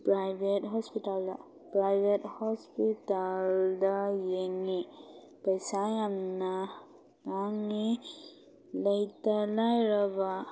private ꯍꯣꯁꯄꯤꯇꯥꯜꯗ private ꯍꯣꯁꯄꯤꯇꯥꯜꯗ ꯌꯦꯡꯏ ꯄꯩꯁꯥ ꯌꯥꯝꯅ ꯇꯥꯡꯏ ꯂꯩꯇ ꯂꯥꯏꯔꯕ